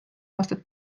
aastat